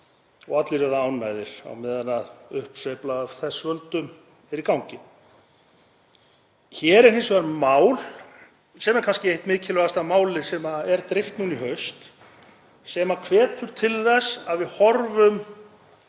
og allir eru ánægðir á meðan uppsveifla af þess völdum er í gangi. Hér er hins vegar mál, sem er kannski eitt mikilvægasta málið sem er dreift núna í haust, sem hvetur til þess að við horfum